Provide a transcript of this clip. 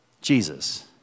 Jesus